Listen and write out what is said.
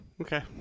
Okay